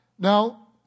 Now